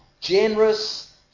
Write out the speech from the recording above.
generous